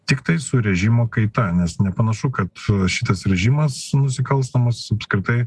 tiktai su režimo kaita nes nepanašu kad šitas režimas nusikalstamas apskritai